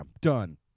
Done